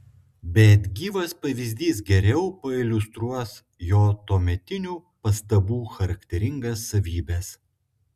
bet gyvas pavyzdys geriau pailiustruos jo tuometinių pastabų charakteringas savybes